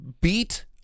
beat